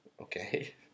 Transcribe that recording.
Okay